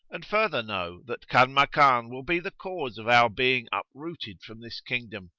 and further know that kanmakan will be the cause of our being uprooted from this kingdom,